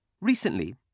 Recently